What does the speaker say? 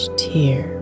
tear